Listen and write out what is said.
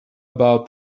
about